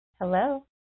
Hello